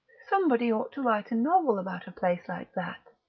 somebody ought to write a novel about a place like that!